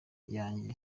yanjye